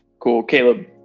cool, caleb.